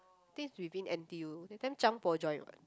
think it's within N_T_U that time Zhang Puo joined what